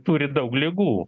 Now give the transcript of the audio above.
turi daug ligų